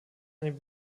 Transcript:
einige